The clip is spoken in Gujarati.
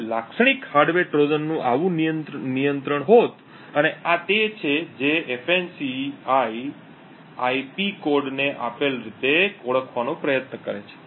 હવે લાક્ષણિક હાર્ડવેર ટ્રોજનનું આવું નિયંત્રણ હોત અને આ તે છે જે ફાન્સી આઈપી કોડ ને આપેલ રીતે ઓળખવાનો પ્રયત્ન કરે છે